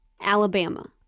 Alabama